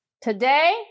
Today